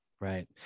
Right